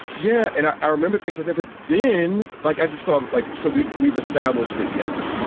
yeah. and i ah remember things like that. but then like i just saw like so we've we've established that, yes,